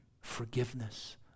forgiveness